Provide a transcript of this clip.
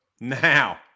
Now